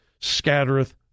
scattereth